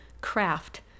craft